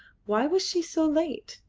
why was she so late?